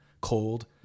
cold